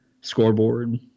scoreboard